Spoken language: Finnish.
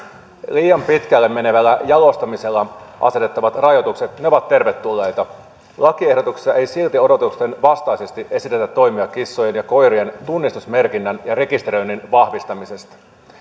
liian pitkälle menevälle jalostamiselle asetettavat rajoitukset ovat tervetulleita lakiehdotuksessa ei silti odotusten vastaisesti esitetä toimia kissojen ja koirien tunnistusmerkinnän ja rekisteröinnin vahvistamisesta